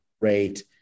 great